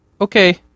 Okay